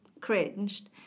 cringed